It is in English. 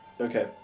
Okay